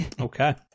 Okay